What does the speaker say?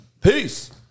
Peace